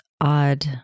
odd